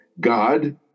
God